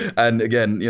and again, yeah